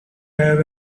have